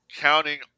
counting